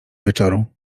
wieczoru